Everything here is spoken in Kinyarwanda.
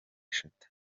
eshatu